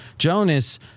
Jonas